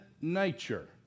nature